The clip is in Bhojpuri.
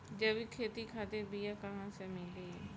जैविक खेती खातिर बीया कहाँसे मिली?